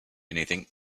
anything